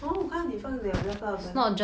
oh 我看到你有放那个 blackout cur~